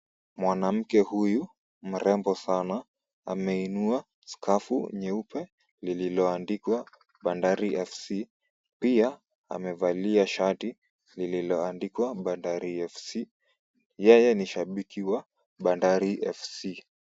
Mwanamke huyu mrembo sana ameinua skafu nyeupe lililoandikwa bandari FC, pia amevalia shati lililoandikwa bandari FC. Yeye ni shabiki wa bandari FC.